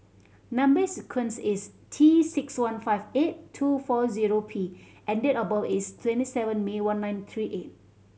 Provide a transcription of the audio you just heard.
number sequence is T six one five eight two four zero P and date of birth is twenty seven May one nine three eight